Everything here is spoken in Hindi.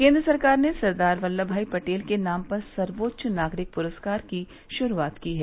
केन्द्र सरकार ने सरदार वल्लभभाई पटेल के नाम पर सर्वोच्च नागरिक पुरस्कार की शुरूआत की है